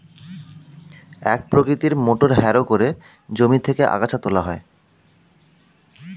এক প্রকৃতির motor harrow করে জমি থেকে আগাছা তোলা হয়